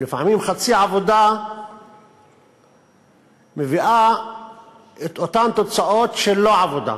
ולפעמים חצי עבודה מביא לאותן תוצאות של לא-עבודה.